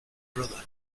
brother